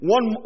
One